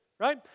right